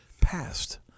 past